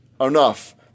enough